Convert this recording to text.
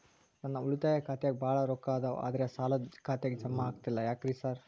ನನ್ ಉಳಿತಾಯ ಖಾತ್ಯಾಗ ಬಾಳ್ ರೊಕ್ಕಾ ಅದಾವ ಆದ್ರೆ ಸಾಲ್ದ ಖಾತೆಗೆ ಜಮಾ ಆಗ್ತಿಲ್ಲ ಯಾಕ್ರೇ ಸಾರ್?